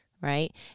right